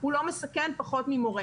הוא לא מסכן יותר ממורה.